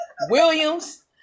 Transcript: Williams